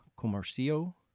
Comercio